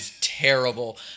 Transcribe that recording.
terrible